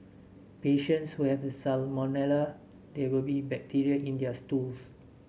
patients who have salmonella there will be bacteria in their stools